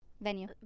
venue